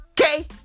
Okay